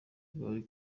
bwari